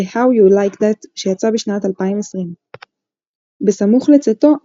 ו-"How You Like That" שיצא בשנת 2020. בסמוך לצאתו,